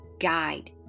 guide